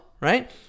right